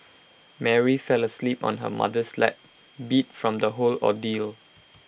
Mary fell asleep on her mother's lap beat from the whole ordeal